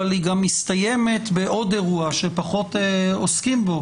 אבל היא גם מסתיימת בעוד אירוע שפחות עוסקים בו,